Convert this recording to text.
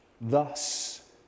Thus